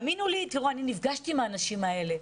אני נפגשתי עם האנשים האלה,